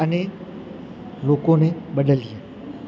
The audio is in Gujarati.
અને લોકોને બદલીએ